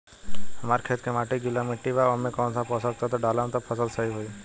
हमार खेत के माटी गीली मिट्टी बा ओमे कौन सा पोशक तत्व डालम त फसल सही होई?